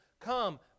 Come